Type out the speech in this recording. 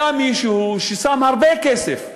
היה מישהו ששם הרבה כסף,